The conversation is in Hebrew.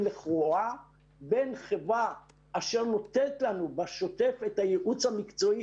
לכאורה בין חברה אשר נותנת לנו בשוטף את הייעוץ המקצועי